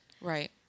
Right